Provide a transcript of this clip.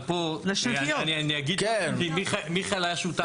אבל פה, אני אגיד כי מיכאל היה שותף לזה.